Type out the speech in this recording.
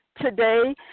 today